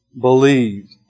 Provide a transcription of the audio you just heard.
believed